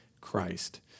Christ